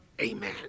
Amen